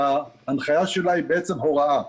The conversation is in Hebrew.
שההנחיה שלה היא בעצם הוראה.